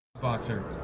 Boxer